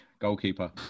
goalkeeper